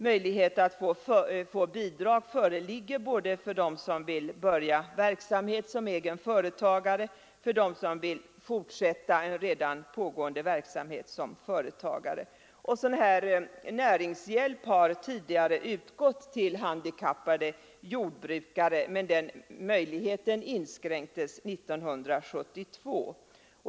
Möjlighet att få bidrag föreligger både för dem som vill börja verksamhet som egen företagare och för dem som vill fortsätta redan pågående verksamhet som företagare. Sådan näringshjälp har tidigare utgått till handikappade jordbrukare, men den möjligheten inskränktes 1972.